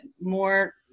more